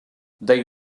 they